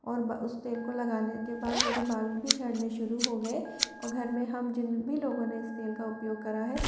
और बा उस तेल को लगाने के बाद मेरे बाल भी झड़ने शुरू हो गये और घर में हम जिन भी लोगों ने इस तेल का उपयोग किया है